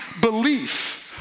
belief